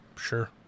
Sure